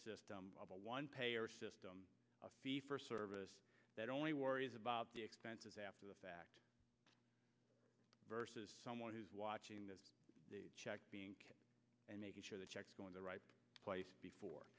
system of a one payer system a fee for service that only worries about the expenses after the fact versus someone who's watching this and making sure the checks going the right place before